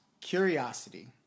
curiosity